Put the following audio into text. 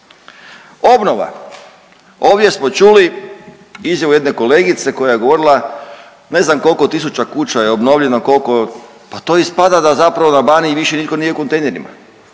Obnova, ovdje smo čuli izjavu jedne kolegice koja je govorila ne znam koliko tisuća kuća je obnovljeno, koliko pa to ispada da zapravo na Baniji više nitko nije u kontejnerima,